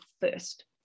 first